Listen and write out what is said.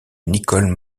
nicole